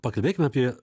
pakalbėkim apie